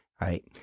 right